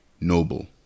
noble